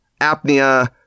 apnea